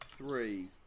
three